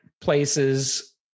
places